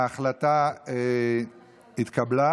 ההצעה התקבלה